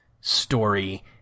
story